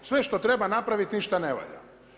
Sve što treba napraviti ništa ne valja.